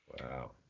Wow